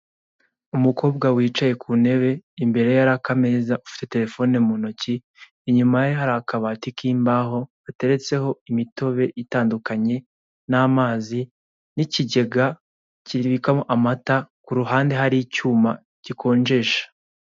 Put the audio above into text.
Umukobwa wicaye ku ntebe imbere ye hariho akameza ufite telefone mu ntoki inyuma ye hari akabati k'imbaho gateratseho imitobe itandukanye n'amazi n'ikigega kibikwamo amata ku ruhande hari icyuma gikonjesha.